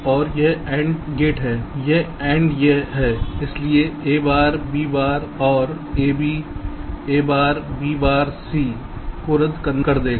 और यह AND और गेट है यह AND यह है इसलिए a बार b बार और ab a bar b bar c को रद्द कर देगा